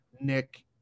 nick